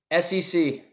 SEC